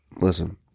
Listen